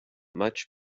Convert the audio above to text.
much